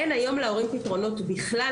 אין היום להורים פתרונות בכלל,